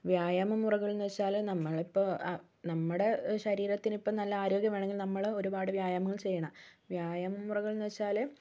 വ്യായാമമുറകൾ എന്ന് വെച്ചാല് നമ്മൾ ഇപ്പോൾ ആ നമ്മുടെ ശരീരത്തിനിപ്പോൾ നല്ല ആരോഗ്യം വേണ്ടമെങ്കിൽ നമ്മൾ ഒരുപാട് വ്യായാമങ്ങൾ ചെയ്യണം വ്യയാമമുറകൾ എന്ന് വെച്ചാല്